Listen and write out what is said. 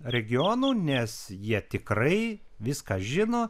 regionų nes jie tikrai viską žino